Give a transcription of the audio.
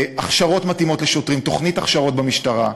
הכשרות מתאימות לשוטרים, תוכנית הכשרות במשטרה,